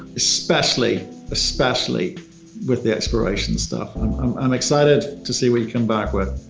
especially especially with the exploration stuff. i'm um i'm excited to see what you come back with